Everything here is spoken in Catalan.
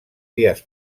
dies